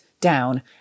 Down